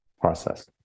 process